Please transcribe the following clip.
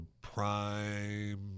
prime